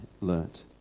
learnt